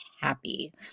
happy